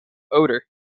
oder